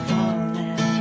Falling